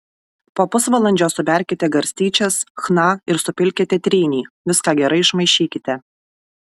po pusvalandžio suberkite garstyčias chna ir supilkite trynį viską gerai išmaišykite